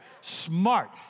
Smart